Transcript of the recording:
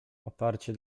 oparcie